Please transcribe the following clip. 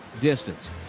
distance